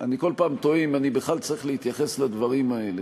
שאני כל פעם תוהה אם אני בכלל צריך להתייחס לדברים האלה,